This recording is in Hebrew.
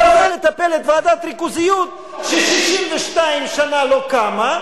בזה מטפלת ועדת ריכוזיות ש-62 שנה לא קמה,